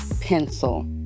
pencil